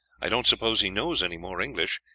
i don't suppose he knows any more english,